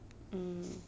hmm